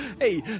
hey